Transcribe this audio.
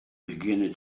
beginning